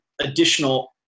additional